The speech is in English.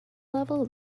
level